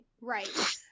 right